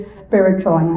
spiritual